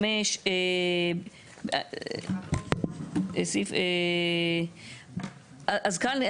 75. אז כאן,